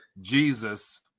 Jesus